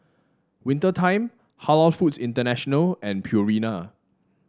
Winter Time Halal Foods International and Purina